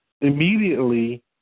Immediately